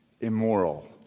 immoral